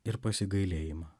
ir pasigailėjimą